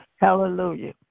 Hallelujah